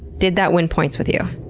did that win points with you?